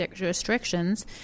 restrictions